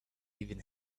even